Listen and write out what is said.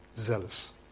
Zealous